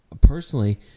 personally